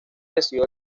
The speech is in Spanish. recibió